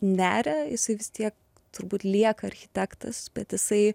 neria jisai vis tiek turbūt lieka architektas bet jisai